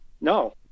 no